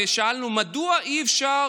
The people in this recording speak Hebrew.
ושאלנו מדוע אי-אפשר